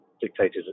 dictated